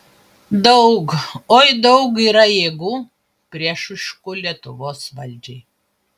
daug oi daug yra jėgų priešiškų lietuvos valdžiai